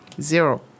Zero